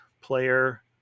player